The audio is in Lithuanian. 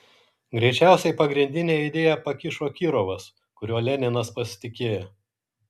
greičiausiai pagrindinę idėją pakišo kirovas kuriuo leninas pasitikėjo